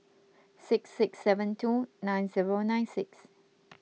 six six seven two nine zero nine six